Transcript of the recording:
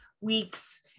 weeks